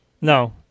No